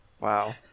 Wow